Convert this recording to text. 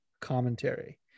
commentary